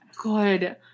good